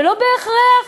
ולא בהכרח,